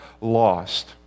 lost